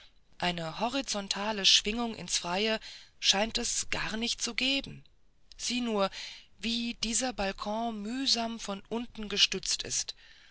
eine horizontale schwingung ins freie scheint es gar nicht zu geben sieh nur wie dieser balkon mühsam von unten gestützt ist